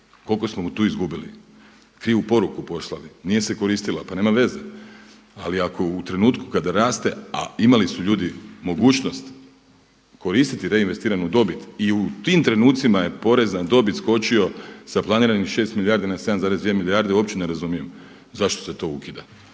Koliko smo tu izgubili, krivu poruku poslali, nije se koristila, pa nema veze ali ako u trenutku kada raste a imali su ljudi mogućnost koristiti reinvestiranu dobit i u tim trenucima je porezna na dobit skočio sa planiranih 6 milijardi na 7,2 milijarde. Uopće ne razumijem zašto se to ukida.